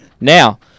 Now